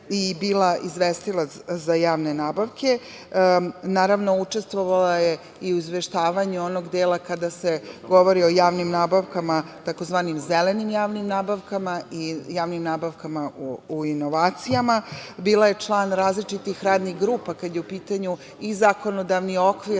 i bila je izvestilac za javne nabavke. Naravno, učestvovala je i u izveštavanju onog dela kada se govori o javnim nabavkama, tzv. zelenim javnim nabavkama i javnim nabavkama u inovacijama. Bila je član različitih radnih grupa kada je u pitanju i zakonodavni okvir,